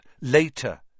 later